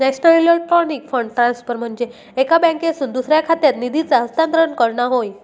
national electronic fund transfer म्हनजे एका बँकेतसून दुसऱ्या खात्यात निधीचा हस्तांतरण करणा होय